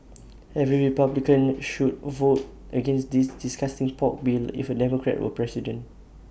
every republican should vote against this disgusting pork bill if A Democrat were president